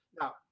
Now